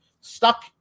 stuck